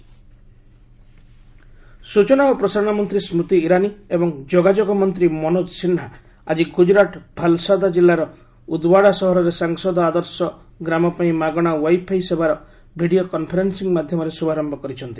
ଇରାନୀ ସାଂସଦ ଆଦର୍ଶ ଗ୍ରାମ ସ୍କଚନା ଓ ପ୍ରସାରଣ ମନ୍ତ୍ରୀ ସ୍କୃତି ଇରାନୀ ଏବଂ ଯୋଗାଯୋଗ ମନ୍ତ୍ରୀ ମନୋଜ ସିହ୍ନା ଆଜି ଗୁଜରାଟ ଭାଲ୍ସାଦ୍ ଜିଲ୍ଲାର ଉଦ୍ୱାଡ଼ା ସହରରେ ସାଂସଦ ଆଦର୍ଶ ଗ୍ରାମପାଇଁ ମାଗଣା ୱାଇ ଫାଇ ସେବାର ଭିଡ଼ିଓ କନ୍ଫରେନ୍ସିଂ ମାଧ୍ୟମରେ ଶୁଭାରମ୍ଭ କରିଛନ୍ତି